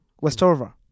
Westover